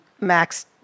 Max